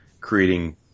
creating